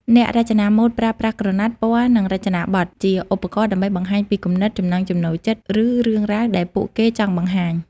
អ្នករចនាម៉ូដប្រើប្រាស់ក្រណាត់ ពណ៌ និងរចនាបទ ជាឧបករណ៍ដើម្បីបង្ហាញពីគំនិត ចំណង់ចំណូលចិត្ត ឬរឿងរ៉ាវដែលពួកគេចង់បង្ហាញ។